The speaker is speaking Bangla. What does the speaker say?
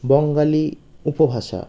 বঙ্গালী উপভাষা